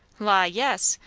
la! yes,